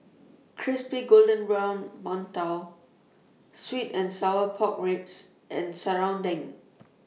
Crispy Golden Brown mantou Sweet and Sour Pork Ribs and Serunding